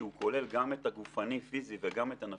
שהוא כולל גם את הגופני-פיזי וגם את הנפשי,